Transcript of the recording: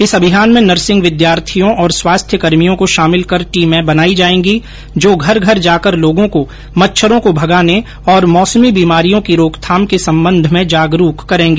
इस अभियान में नर्सिंग विद्यार्थियों और स्वास्थ्यकर्मियों को शामिल कर टीमें बनाई जाऐंगी जो घर घर जाकर लोगों को मच्छरों को भगाने और मौसमी बीमारियों की रोकथाम के सम्बन्ध में जागरुक करेंगी